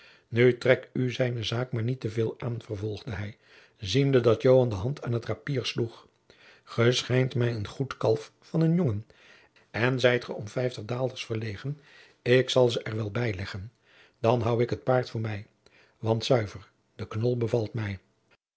nu trek u zijne zaak maar niet te veel aan vervolgde hij ziende dat joan de hand aan t rappier sloeg ge schijnt mij een goed kalf van een jongen en zijt ge om vijftig daalders verlegen ik zal ze er wel bijleggen dan hoû ik het paard voor mij want zuiver de knol bevalt mij